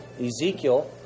ezekiel